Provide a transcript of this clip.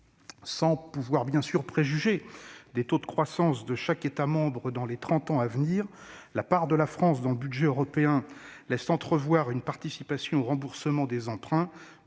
Sans pouvoir préjuger des taux de croissance de chaque État membre dans les trente ans à venir, la part de la France dans le budget européen laisse entrevoir une participation au remboursement des emprunts